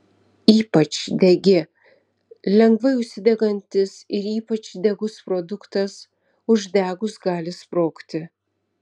ypač degi lengvai užsidegantis ir ypač degus produktas uždegus gali sprogti